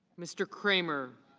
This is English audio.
mr. kramer.